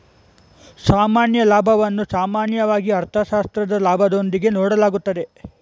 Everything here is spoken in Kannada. ಸಾಮಾನ್ಯ ಲಾಭವನ್ನು ಸಾಮಾನ್ಯವಾಗಿ ಅರ್ಥಶಾಸ್ತ್ರದ ಲಾಭದೊಂದಿಗೆ ನೋಡಲಾಗುತ್ತದೆ